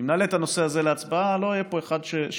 אם נעלה את הנושא הזה להצבעה לא יהיה פה אחד שיתנגד,